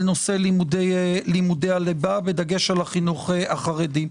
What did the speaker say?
נושא לימודי הליבה בדגש על החינוך החרדי.